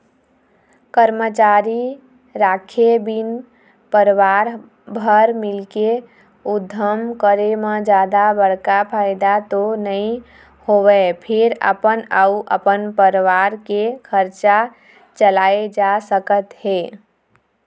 करमचारी राखे बिन परवार भर मिलके उद्यम करे म जादा बड़का फायदा तो नइ होवय फेर अपन अउ अपन परवार के खरचा चलाए जा सकत हे